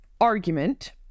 argument